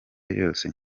yose